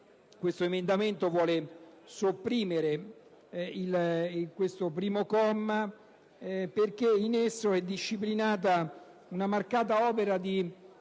l'emendamento vuole sopprimere questo primo comma perché in esso è disciplinata una marcata opera di